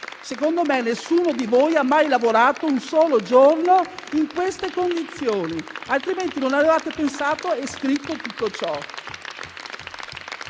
Credo che nessuno di voi abbia mai lavorato un solo giorno in queste condizioni, altrimenti non avreste pensato e scritto tutto ciò.